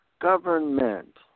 Government